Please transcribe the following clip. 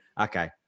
okay